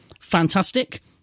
Fantastic